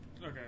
Okay